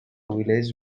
village